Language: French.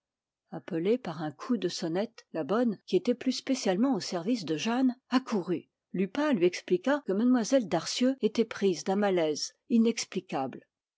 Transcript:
appelée par un coup de sonnette la bonne qui était plus spécialement au service de jeanne accourut lupin lui expliqua que mlle darcieux était prise d'un malaise inexplicable